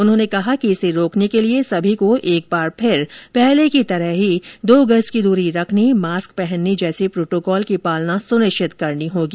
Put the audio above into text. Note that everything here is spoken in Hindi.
उन्होंने कहा कि इसे रोकने के लिए सभी को एक बार फिर पहले की तरह ही दो गज की दूरी रखने मास्क पहनने जैसे प्रोटोकॉल की पालना सुनिश्चित करनी होगी